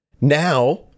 now